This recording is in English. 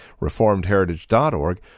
reformedheritage.org